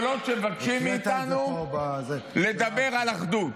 הגדולות שמבקשים מאיתנו, לדבר על אחדות.